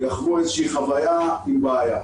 יחוו איזושהי חוויה עם בעיה.